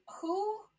who-